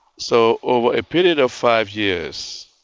so over a period of five years,